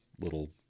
little